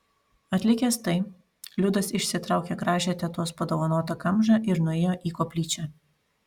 atlikęs tai liudas išsitraukė gražią tetos padovanotą kamžą ir nuėjo į koplyčią